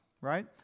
right